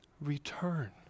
Return